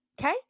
Okay